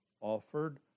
offered